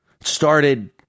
started